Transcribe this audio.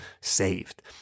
saved